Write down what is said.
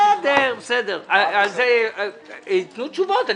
על זה ייתנו תשובות.